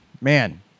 man